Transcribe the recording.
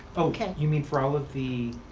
okay. you mean for all of the,